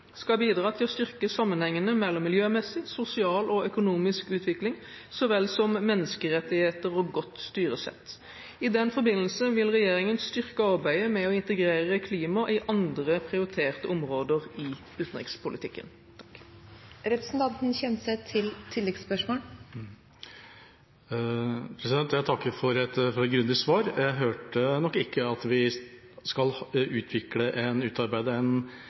skal bidra til å styrke sammenhengene mellom miljømessig, sosial og økonomisk utvikling, så vel som menneskerettigheter og godt styresett. I den forbindelse vil regjeringen styrke arbeidet med å integrere klima i andre prioriterte områder i utenrikspolitikken. Jeg takker for et grundig svar. Jeg hørte nok ikke at vi skal utarbeide en